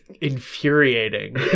infuriating